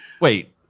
Wait